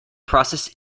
process